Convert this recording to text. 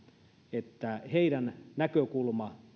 että heidän näkökulmansa